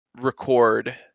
record